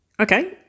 Okay